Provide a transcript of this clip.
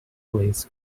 plays